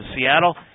Seattle